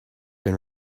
been